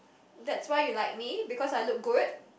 that's why you like me because I look good